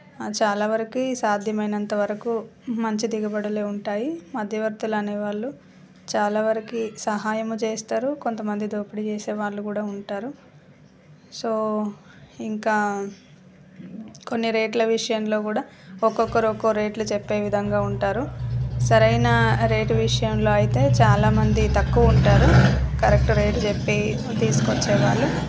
చాలా వరకు సాధ్యమైనంత వరకు మంచిది దిగబడలే ఉంటాయి మధ్యవర్తులు అనేవాళ్ళు చాలా వరకు సహాయం చేస్తారు కొంతమంది దోపిడి చేసే వాళ్ళు కూడా ఉంటారు సో ఇంకా కొన్ని రేట్ల విషయంలో కూడా ఒక్కొక్కరు ఒక్కో రేట్లు చెప్పే విధంగా ఉంటారు సరైన రేటు విషయంలో అయితే చాలామంది తక్కువ ఉంటారు కరెక్ట్ రేట్ చెప్పి తీసుకువచ్చేవాళ్ళు